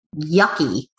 yucky